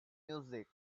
music